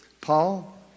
Paul